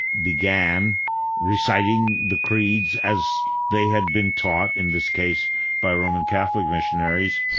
began reciting the creeds as they had been taught, in this case by roman catholic missionaries,